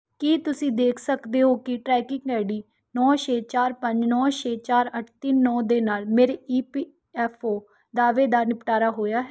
ਕੀ ਤੁਸੀਂ ਦੇਖ ਸਕਦੇ ਹੋ ਕਿ ਟਰੈਕਿੰਗ ਆਈ ਡੀ ਨੌਂ ਛੇ ਚਾਰ ਪੰਜ ਨੌਂ ਛੇ ਚਾਰ ਅੱਠ ਤਿੰਨ ਨੌਂ ਦੇ ਨਾਲ ਮੇਰੇ ਈ ਪੀ ਐੱਫ ਓ ਦਾਅਵੇ ਦਾ ਨਿਪਟਾਰਾ ਹੋਇਆ ਹੈ